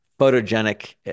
Photogenic